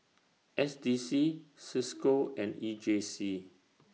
S D C CISCO and E J C